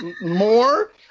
more